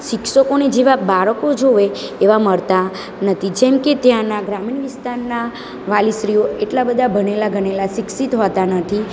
શિક્ષકોને જેવા બાળકો જોવે એવા મળતા નથી જેમકે ત્યાંનાં ગ્રામીણ વિસ્તારના વાલી શ્રીઓ એટલા બધા ભણેલા ગણેલા શિક્ષિત હોતા નથી